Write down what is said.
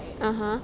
(uh huh)